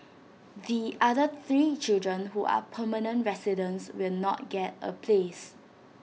the other three children who are permanent residents will not get A place